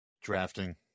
Drafting